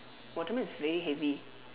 watermelon is very heavy